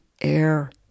air